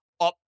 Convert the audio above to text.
up